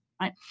right